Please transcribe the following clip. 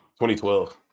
2012